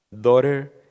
daughter